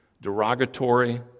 derogatory